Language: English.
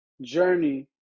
journey